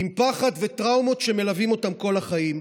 עם פחד וטראומות שמלווים אותם כל החיים.